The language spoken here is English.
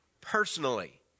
personally